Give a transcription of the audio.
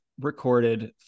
recorded